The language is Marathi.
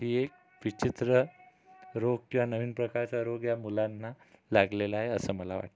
ही एक विचित्र रोग किंवा नवीन प्रकारचा रोग या मुलांना लागलेला आहे असं मला वाटतं